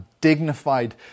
dignified